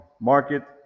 market